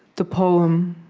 the poem,